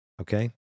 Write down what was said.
okay